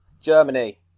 Germany